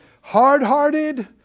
hard-hearted